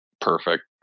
Perfect